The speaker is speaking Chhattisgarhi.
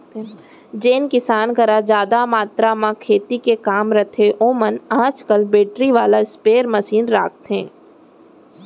जेन किसान करा जादा मातरा म खेती के काम रथे ओमन आज काल बेटरी वाला स्पेयर मसीन राखथें